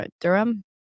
durham